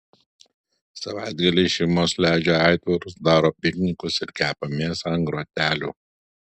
savaitgaliais šeimos leidžia aitvarus daro piknikus ir kepa mėsą ant grotelių